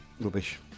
rubbish